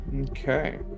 Okay